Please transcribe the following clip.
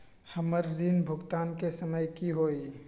हमर ऋण भुगतान के समय कि होई?